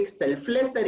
selfless